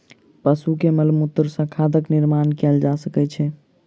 पशु के मलमूत्र सॅ खादक निर्माण कयल जा सकै छै